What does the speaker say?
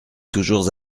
toujours